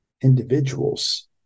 individuals